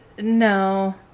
no